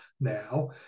now